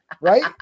Right